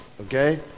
Okay